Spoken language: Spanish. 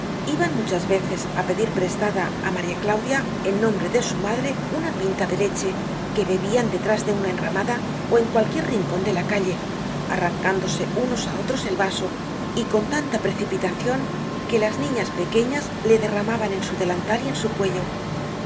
iban muchas veces á pedir prestada á maría claudia en nombre de su madre una pinta de leche que bebian detrás de una enramada ó en cualquier rincon de la calle arrancándose unos á otros el vaso y con tanta precipitacion que las niñas pequeñas le derramaban en su delantal y en su cuello